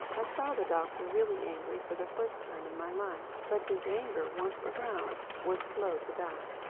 i saw the doctor really angry for the first time in my life. but his anger, once aroused, was slow to die.